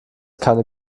keine